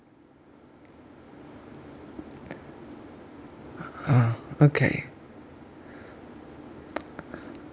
oh okay